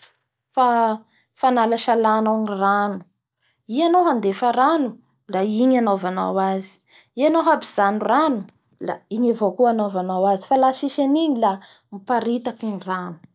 Ny fampiasa robinet zao koa, igny zany ro fanaasalanao ny rano i abnao handefa rano, la igny anaovanao azy i anaoa hampijano rano la igny avao koa anaovanao azy fa la tsis an'igny la miparitaky ny rano.